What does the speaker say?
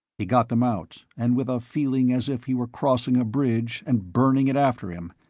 he got them out, and with a feeling as if he were crossing a bridge and burning it after him,